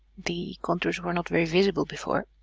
the contours were not very visible before,